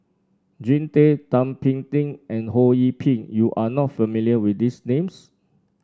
Jean Tay Thum Ping Tjin and Ho Yee Ping you are not familiar with these names